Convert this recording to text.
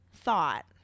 thought